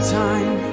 time